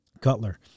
Cutler